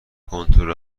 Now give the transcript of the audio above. کنترل